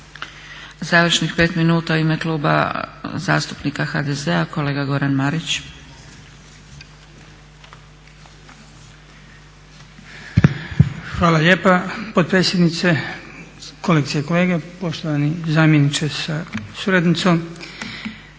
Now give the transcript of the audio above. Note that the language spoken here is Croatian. Završnih 5 minuta u ime Kluba zastupnika HDZ-a kolega Goran Marić. **Marić, Goran (HDZ)** Hvala lijepa potpredsjednice, kolegice i kolege, poštovani zamjeniče sa suradnicom.